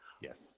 Yes